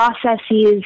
processes